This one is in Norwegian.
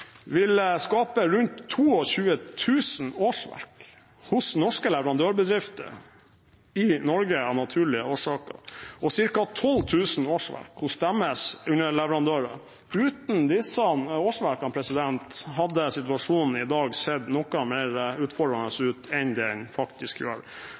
vil skape rundt 22 000 årsverk hos norske leverandørbedrifter – i Norge, av naturlige årsaker – og ca. 12 000 årsverk hos deres underleverandører. Uten disse årsverkene hadde situasjonen i dag sett noe mer utfordrende ut enn den faktisk gjør.